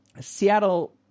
seattle